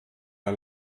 der